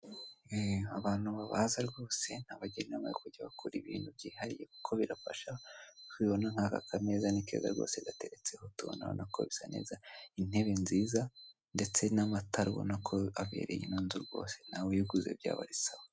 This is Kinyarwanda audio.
Abantu babaza rwose, abagenewe kujya bakora ibintu byihariye kuko birafasha. Nk'uko ubibona nk'aka kameza ni keza rwose gateretseho utuntu, urabona ko bisa neza, intebe nziza ndetse n'amatara ubona ko abereye ino nzu rwose, nawe ubiguze byaba ari sawa.